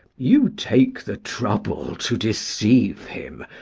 you take the trouble to deceive him,